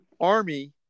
Army